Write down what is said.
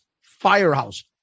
Firehouse